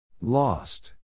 Lost